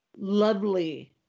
lovely